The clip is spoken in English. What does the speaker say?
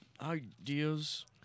ideas